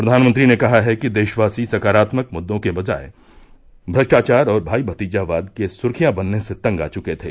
प्रधानमंत्रीने कहा है कि देशवासी सकारात्मक मुद्दों के बजाय भ्रष्टाचार और भाई भतीजावाद के सर्खियां बनने से तंग आ चुके थे